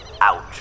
Ouch